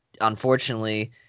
unfortunately